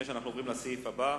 לפני שאנחנו עוברים לסעיף הבא,